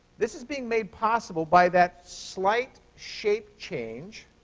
this is being made possible by that slight shape change